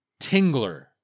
Tingler